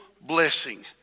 blessing